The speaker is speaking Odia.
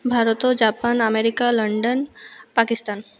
Bharat Japan America London Pakistan